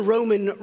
Roman